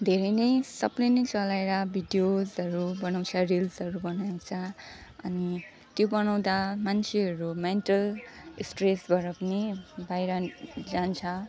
धेरै नै सबले नै चलाएर भिडियोसहरू बनाउँछ रिल्सहरू बनाउँछ अनि त्यो बनाउँदा मान्छेहरू मेन्टल स्ट्रेसबड पनि बाहिर जान्छ